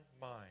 mind